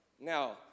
Now